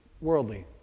worldly